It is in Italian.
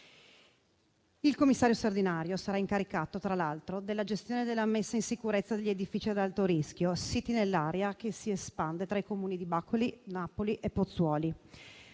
Il commissario straordinario sarà incaricato, tra l'altro, della gestione della messa in sicurezza degli edifici ad alto rischio siti nell'area che si espande tra i Comuni di Bacoli, Napoli e Pozzuoli,